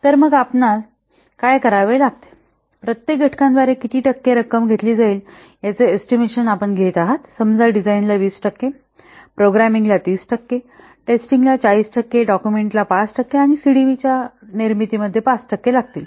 तर मग आपणास काय करावे लागेल प्रत्येक घटकाद्वारे किती टक्के रक्कम घेतली जाईल याचा एस्टिमेशन आपण घेत आहात समजा डिझाइन ला 20 टक्के प्रोग्रामिंगला 30 टक्के टेस्टिंग ला 40 टक्के डॉक्युमेंट ला 5 टक्के आणि सीडीच्या निर्मितीत 5 टक्के लागतील